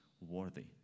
worthy